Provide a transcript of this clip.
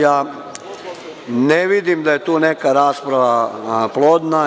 Ja ne vidim da je tu neka rasprava plodna.